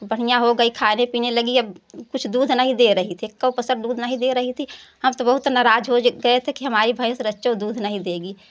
बढ़िया हो गई खाने पिने लगी अब कुछ दूध नहीं दे रही थी एक्को पैसा दूध नहीं दे रही थी हम तो बहुत नाराज़ हो गये थे कि हमारी भैंस रज्जो दूध नहीं देगी